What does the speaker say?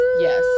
Yes